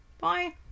Bye